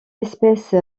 espèce